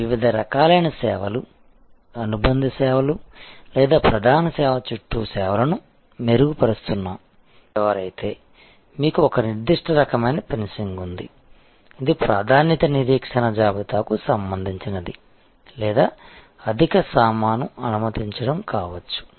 ఇక్కడ వివిధ రకాల సదుపాయాల మీద ఆధారపడి ఉంటుంది అవి బలోపేతం లేదా సేవా అనుబంధ సేవలు లేదా సేవా స్థాయికి సంబంధించి కూడా ఉండవచ్చు మీరు తరచూ ప్రయాణించేవారు అయితే మీకు ఒక నిర్దిష్ట రకమైన ఫెన్సింగ్ ఉంది ఇది ప్రాధాన్యత నిరీక్షణ జాబితాకు సంబంధించినది లేదా అధిక సామాను అనుమతించడం కావచ్చు